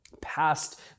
past